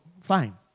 Fine